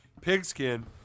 pigskin